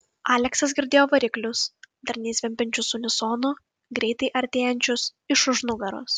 aleksas girdėjo variklius darniai zvimbiančius unisonu greitai artėjančius iš už nugaros